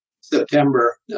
September